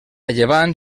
llevant